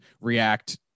react